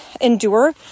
endure